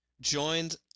joined